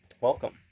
Welcome